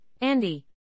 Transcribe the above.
Andy